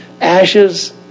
Ashes